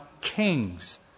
kings